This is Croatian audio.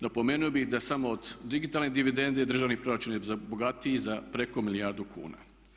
Napomenuo bi da samo od digitalne dividende državni proračuna je bogatio za preko milijardu kuna.